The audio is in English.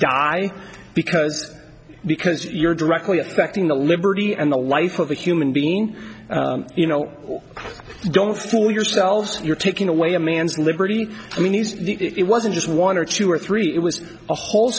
die because because you're directly affecting the liberty and the life of a human being you know don't fool yourselves you're taking away a man's liberty meanies it wasn't just one or two or three it was a whole